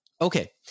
Okay